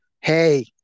hey